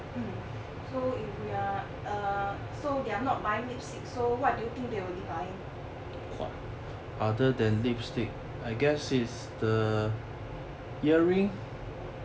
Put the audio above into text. hmm so if we are err so they are not buying lipstick so what do you think they will be buying